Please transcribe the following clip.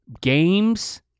games